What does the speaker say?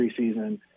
preseason